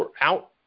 out